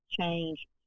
change